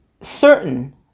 certain